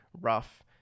rough